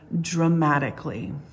dramatically